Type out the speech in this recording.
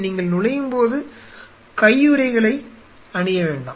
நீங்கள் நுழையும் போது கையுறைகளை அணிய வேண்டாம்